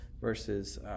versus